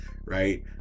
right